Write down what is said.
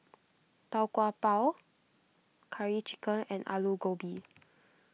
Tau Kwa Pau Curry Chicken and Aloo Gobi